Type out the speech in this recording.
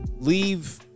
leave